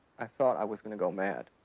i thought i was gonna go mad.